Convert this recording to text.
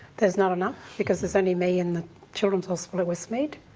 there's not enough, because there's only me in the children's hospital at westmead.